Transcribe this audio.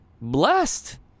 blessed